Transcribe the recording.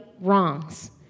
wrongs